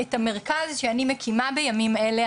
את המרכז שאני מקימה בימים אלה,